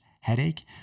headache